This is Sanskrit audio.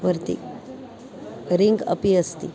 वर्तिः रिङ्ग् अपि अस्ति